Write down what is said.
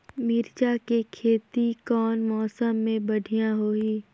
मिरचा के खेती कौन मौसम मे बढ़िया होही?